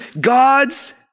God's